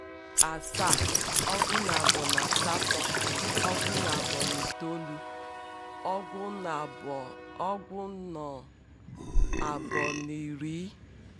Ogun na anu ogun nu isin ogun nu ishinu ogun nu asa ogun nu asatol ogun nu tolu ogun nu ri nu otu ogun nu ri nu abo ogun nu ri nu atol ogun nu ri nu anu ogun nu ri nu isin ogun nu ri nu isunu ogun nu ri ogun nu ri nu asa ogun nu ri nu asatol ogun nu ri nu tolu ogun laru ogun nu laru nu otu ogun laru nu atol